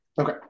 Okay